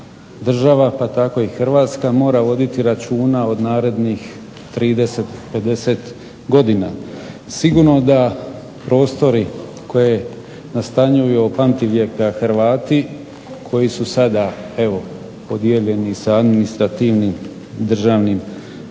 država, pa tako i Hrvatska mora voditi računa od narednih 30, 50 godina. Sigurno da prostori koje nastanjuju od pamti vijeka Hrvati koji su sada evo podijeljeni sa administrativnim državnim